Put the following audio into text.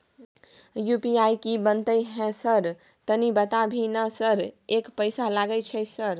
UPI की बनते है सर तनी बता भी ना सर एक पैसा लागे छै सर?